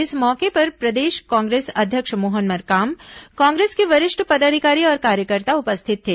इस मौके पर प्रर्देश कांग्रेस अध्यक्ष मोहन मरकाम कांग्रेस के वरिष्ठ पदाधिकारी और कार्यकर्ता उपस्थित थे